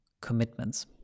commitments